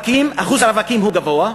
אחוז הרווקים הוא גבוה,